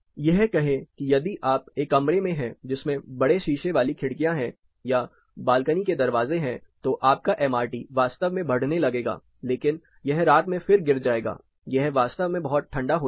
यह कहें कि यदि आप एक कमरे में है जिसमें बड़े शीशे वाली खिड़कियां है या बालकनी के दरवाजे हैं तो आपका एमआरटी वास्तव में बढ़ने लगेगा लेकिन यह रात में फिर गिर जाएगा यह वास्तव में बहुत ठंडा हो जाएगा